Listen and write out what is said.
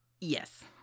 yes